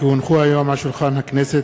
כי הונחו היום על שולחן הכנסת,